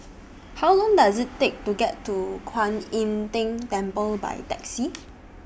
How Long Does IT Take to get to Kwan Im Tng Temple By Taxi